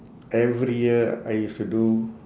every year I used to do